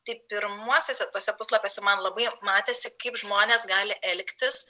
tai pirmuosiuose tuose puslapiuose man labai matėsi kaip žmonės gali elgtis